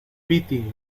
piti